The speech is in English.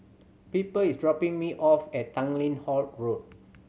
Piper is dropping me off at Tanglin Halt Road